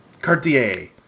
Cartier